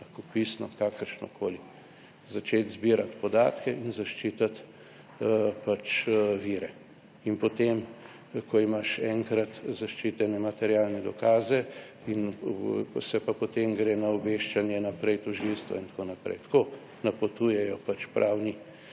lahko pisno, kakršnokoli, začeti zbirati podatke in zaščititi pač vire. In potem, ko imaš enkrat zaščitene materialne dokaze in se pa potem gre na obveščanje naprej tožilstvo in tako naprej, tako napotujejo pač